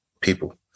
people